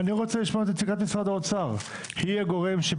אני רוצה לשמוע את נציגת משרד האוצר, היא הגורם.